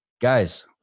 Guys